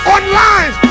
Online